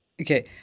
okay